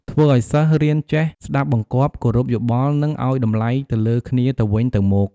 ធ្វើឲ្យសិស្សរៀនចេះស្ដាប់បង្គាប់ គោរពយោបល់ និងឲ្យតម្លៃទៅលើគ្នាទៅវិញទៅមក។